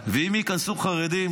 ואם ייכנסו חרדים,